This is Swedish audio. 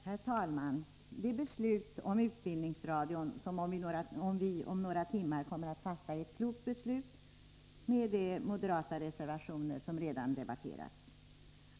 Herr talman! Det beslut om utbildningsradion som vi om några timmar kommer att fatta är ett klokt beslut — med de moderata reservationer som redan har debatterats.